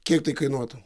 kiek tai kainuotų